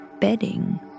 bedding